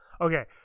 Okay